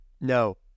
No